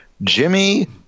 Jimmy